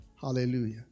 Hallelujah